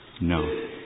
No